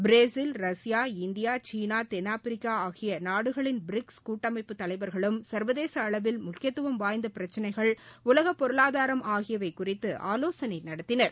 Brazil Russia India சீனா தென்னாப்பரிக்கா ஆகிய நாடுகளின் பிரிக்ஸ் கூட்டமைப்பு தலைவர்களும் சர்வதேச அளவில் முக்கியதுவம் வாய்ந்த பிரச்சனைகள் உலக பொருளாதாரம் ஆகியவை குறித்து ஆலோசனை நடத்தினர்